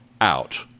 out